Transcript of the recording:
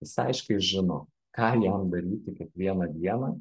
jis aiškiai žino ką jam daryti kiekvieną dieną